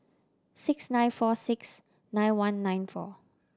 six nine four six nine one nine four